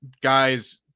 guys